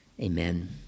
Amen